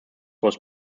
was